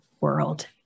world